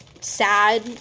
sad